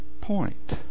point